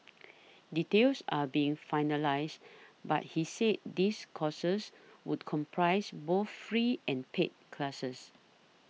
details are being finalised but he said these courses would comprise both free and paid classes